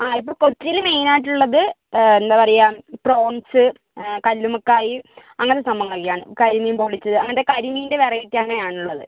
ആ ഇപ്പം കൊച്ചിയില് മെയിനായിട്ടുള്ളത് ഏ എന്താ പറയുക പ്രോൺസ് കല്ലുമ്മക്കായ് അങ്ങനെ സംഭവങ്ങളൊക്കെയാണ് കരിമീൻ പൊള്ളിച്ചത് അങ്ങൻത്തെ കരിമീൻ്റെ വെറൈറ്റി അങ്ങനെയാണുള്ളത്